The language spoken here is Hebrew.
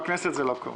בכנסת זה לא קורה.